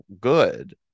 good